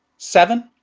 seven,